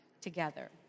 together